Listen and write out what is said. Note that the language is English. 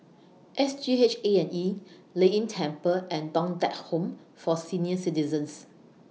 S G H A and E Lei Yin Temple and Thong Teck Home For Senior Citizens